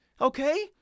Okay